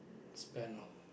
span of